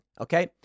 okay